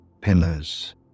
pillars